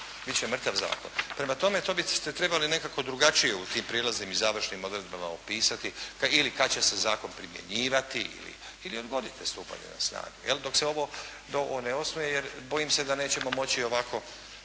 Bit će mrtav zakon. Prema tome, to bi ste trebali nekako drugačije u tim prijedloznim i završnim odredbama opisati ili kada će se zakon primjenjivati ili odgodite stupanje na snagu, jel' dok se ovo ne usvoji, jer bojim se da nećemo moći ovako,